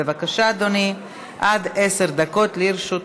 בבקשה, אדוני, עד עשר דקות לרשותך.